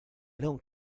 don’t